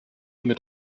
mit